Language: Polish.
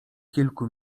kilku